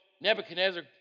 Nebuchadnezzar